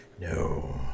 No